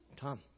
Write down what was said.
Tom